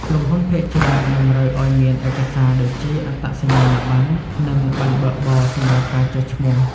ក្រុមហ៊ុនភាគច្រើនតម្រូវឱ្យមានឯកសារដូចជាអត្តសញ្ញាណប័ណ្ណ និងប័ណ្ណបើកបរ សម្រាប់ការចុះឈ្មោះ។